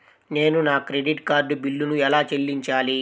నేను నా credit card బిల్లును ఎలా చెల్లించాలీ?